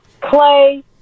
Clay